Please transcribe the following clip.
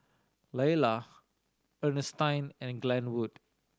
Laylah Earnestine and Glenwood